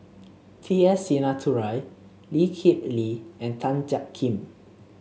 T S Sinnathuray Lee Kip Lee and Tan Jiak Kim